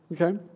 Okay